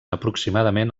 aproximadament